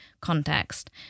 context